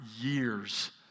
years